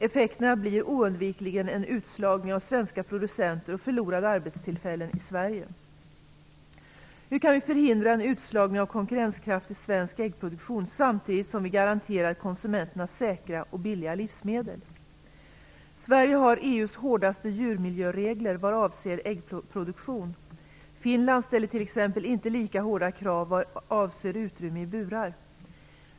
Effekten blir oundvikligen en utslagning av svenska producenter och förlorade arbetstillfällen i Sverige. Hur kan vi förhindra en utslagning av konkurrenskraftig svensk äggproduktion samtidigt som vi garanterar konsumenterna säkra och billiga livsmedel? Sverige har EU:s hårdaste djurmiljöregler vad avser äggproduktion. Finland ställer t.ex. inte lika hårda krav vad avser utrymme i burar.